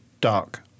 dark